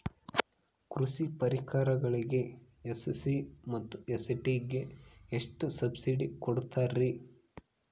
ಕೃಷಿ ಪರಿಕರಗಳಿಗೆ ಎಸ್.ಸಿ ಮತ್ತು ಎಸ್.ಟಿ ಗೆ ಎಷ್ಟು ಸಬ್ಸಿಡಿ ಕೊಡುತ್ತಾರ್ರಿ?